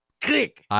click